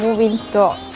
the door.